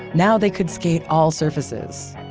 now they could stake all surfaces.